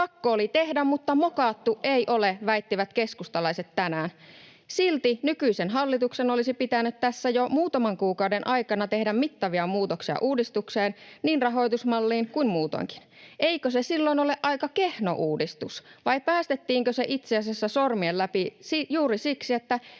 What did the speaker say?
Pakko oli tehdä mutta mokattu ei ole, väittivät keskustalaiset tänään. Silti nykyisen hallituksen olisi pitänyt tässä jo muutaman kuukauden aikana tehdä mittavia muutoksia uudistukseen, niin rahoitusmalliin kuin muutoinkin. Eikö se silloin ole aika kehno uudistus, vai päästettiinkö se itse asiassa sormien läpi juuri siksi, että